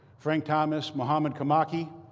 frank thomas, mohammad komaki